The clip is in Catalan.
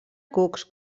cucs